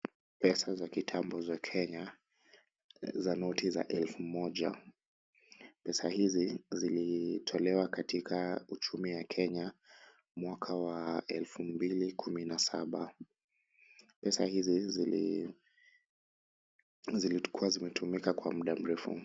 Pesa za kitambo za Kenya, za noti za elfu moja. Pesa hizi zilitolewa katika uchumi ya Kenya, mwaka wa elfu mbili kumi na saba. Pesa hizi zilikua zimetumika kwa muda mrefu.